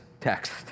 text